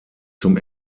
zum